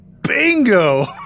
Bingo